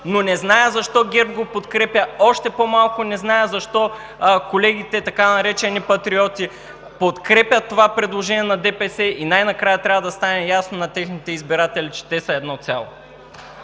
но не зная защо ГЕРБ го подкрепя, още по-малко не зная защо колегите, така наречени „патриоти“, подкрепят това предложение на ДПС и най-накрая трябва да стане ясно на техните избиратели, че те са едно цяло.